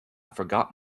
forgot